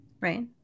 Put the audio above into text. Right